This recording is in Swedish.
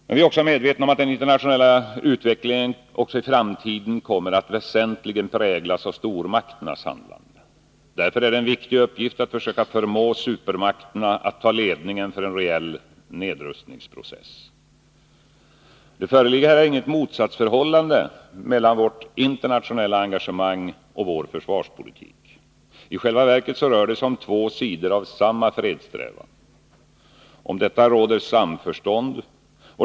Men vi är också medvetna om att den internationella utvecklingen även i framtiden kommer att väsentligen präglas av stormakternas handlande. Därför är det en viktig uppgift att försöka förmå supermakterna att ta ledningen för en reell nedrustningspro Cess. Det föreligger här inget motsatsförhållande mellan vårt internationella engagemang och vår försvarspolitik. I själva verket rör det sig om två sidor av samma fredssträvan. Om detta råder samförstånd.